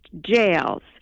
jails